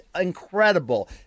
incredible